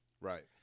Right